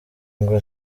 ngo